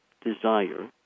desire